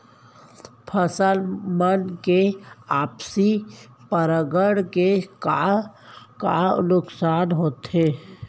फसल मन के आपसी परागण से का का नुकसान होथे?